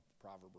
Proverb